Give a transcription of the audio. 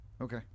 Okay